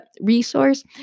resource